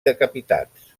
decapitats